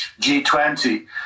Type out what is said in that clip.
G20